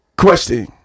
Question